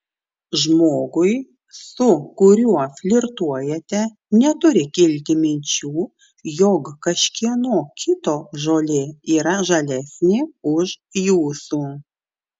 žmogui su kuriuo flirtuojate neturi kilti minčių jog kažkieno kito žolė yra žalesnė už jūsų